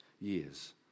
years